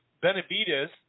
Benavides